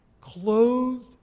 clothed